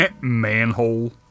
manhole